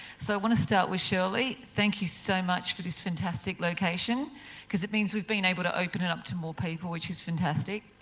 so, i want to start with shirley, thank you so much for this fantastic location because it means we've been able to open it up to more people which is fantastic.